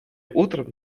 утром